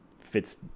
fits